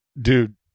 Dude